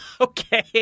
Okay